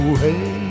hey